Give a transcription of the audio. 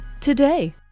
today